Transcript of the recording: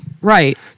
Right